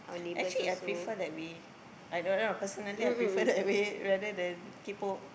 actually I prefer that way I don't know personally I prefer that way rather than kaypo